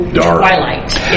Twilight